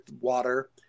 water